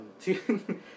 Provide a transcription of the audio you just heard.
two